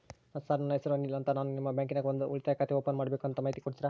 Sir ನನ್ನ ಹೆಸರು ಅನಿಲ್ ಅಂತ ನಾನು ನಿಮ್ಮ ಬ್ಯಾಂಕಿನ್ಯಾಗ ಒಂದು ಉಳಿತಾಯ ಖಾತೆ ಓಪನ್ ಮಾಡಬೇಕು ಮಾಹಿತಿ ಕೊಡ್ತೇರಾ?